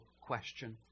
question